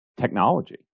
technology